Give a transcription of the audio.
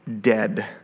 dead